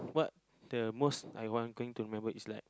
what the most I want going to remember is like